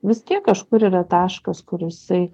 vis tiek kažkur yra taškas kur jisai